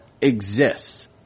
exists